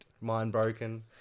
mind-broken